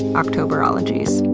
octoberologies.